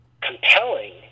compelling